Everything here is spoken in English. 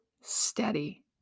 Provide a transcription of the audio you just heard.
steady